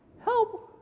Help